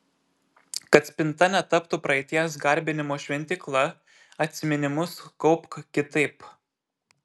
kad spinta netaptų praeities garbinimo šventykla atsiminimus kaupk kitaip